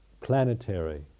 planetary